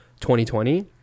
2020